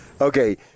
Okay